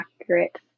accurate